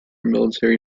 military